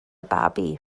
babi